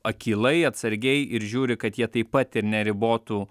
akylai atsargiai ir žiūri kad jie taip pat ir neribotų